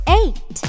eight